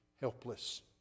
helpless